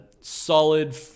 solid